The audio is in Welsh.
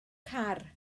car